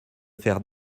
faire